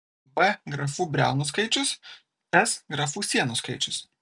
b grafų briaunų skaičius s grafų sienų skaičius